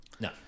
No